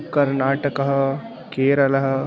कर्णाटकः केरलः